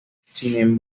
sin